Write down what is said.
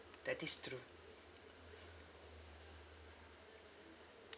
that is true